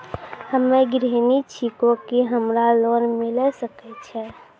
हम्मे गृहिणी छिकौं, की हमरा लोन मिले सकय छै?